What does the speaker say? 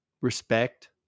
respect